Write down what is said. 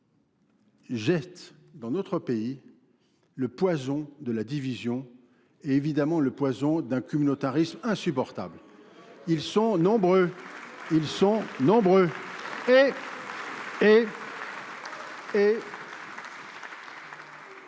jettent dans notre pays le poison de la division, et évidemment le poison d'un communautarisme insupportable. Ils sont nombreux. Ils sont nombreux. J'ai dit